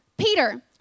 Peter